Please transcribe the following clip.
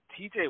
TJ